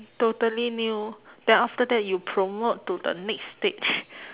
totally new then after that you promote to the next stage